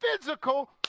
physical